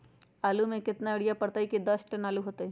आलु म केतना यूरिया परतई की दस टन आलु होतई?